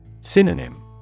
Synonym